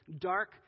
dark